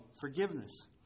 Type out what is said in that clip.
forgiveness